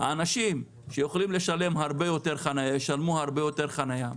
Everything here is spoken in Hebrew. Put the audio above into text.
האנשים שיכולים לשלם הרבה יותר חנייה ישלמו הרבה יותר חנייה,